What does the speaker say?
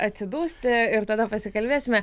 atsidusti ir tada pasikalbėsime